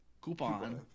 coupon